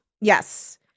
Yes